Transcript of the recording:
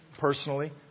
personally